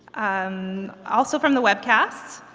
um also from the webcast,